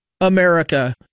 America